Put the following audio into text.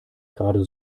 gerade